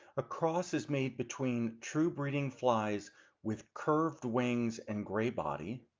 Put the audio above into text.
a cross is made between true-breeding flies with curved wings and gray body.